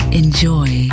enjoy